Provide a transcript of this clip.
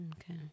Okay